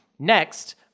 next